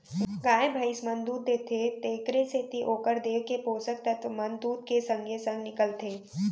गाय भइंस मन दूद देथे तेकरे सेती ओकर देंव के पोसक तत्व मन दूद के संगे संग निकलथें